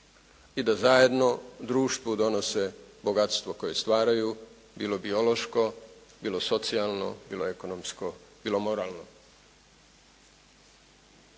i da zajedno društvu donose bogatstvo koje stvaraju, bilo biološko, bilo socijalno, bilo ekonomsko, bilo moralno.